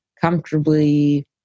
comfortably